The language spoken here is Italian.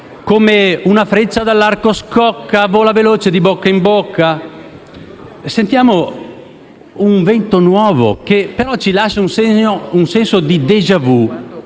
«come una freccia dall'arco scocca, vola veloce di bocca in bocca». Sentiamo un vento che però ci lascia un senso di *déjà vu*.